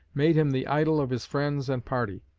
made him the idol of his friends and party.